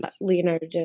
Leonardo